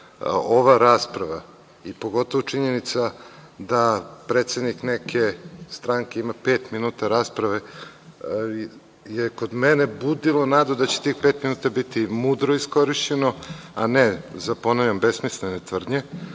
ova rasprava i pogotovo činjenica da predsednik neke stranke ima pet minuta rasprave je kod mene budila nadu da će tih pet minuta biti mudro iskorišćeno, a ne za besmislene